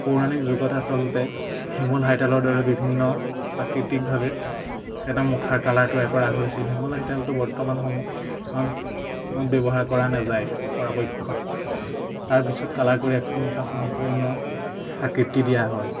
পৌৰাণিক যুগত আচলতে হেঙুল হাইতালৰ দৰে বিভিন্ন প্ৰাকৃতিকভাৱে এটা মুখাৰ কালাৰ তৈয়াৰ কৰা হৈছিল হেঙুল হাইতালটো বৰ্তমান সময়ত ব্যৱহাৰ কৰা নাযায় পৰাপক্ষত তাৰপিছত কালাৰ কৰি এখন মুখা সম্পূৰ্ণ আকৃতি দিয়া হয়